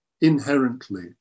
inherently